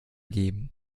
geben